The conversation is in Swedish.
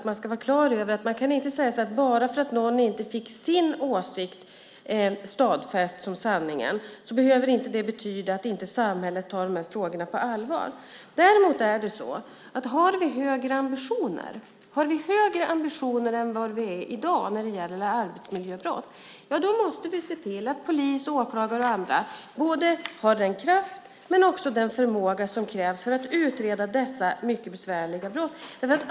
Man ska vara klar över att bara för att någon inte fick sin åsikt stadfäst som sanningen behöver det inte betyda att samhället inte tar dessa frågor på allvar. Däremot är det så att om vi har högre ambitioner än i dag när det gäller arbetsmiljöbrott måste vi se till att polis, åklagare och andra har den kraft och förmåga som krävs för att utreda dessa mycket besvärliga brott.